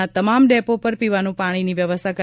ના તમામ ડેપો પર પીવાનું પાણીની વ્યવસ્થા કરાશે